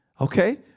Okay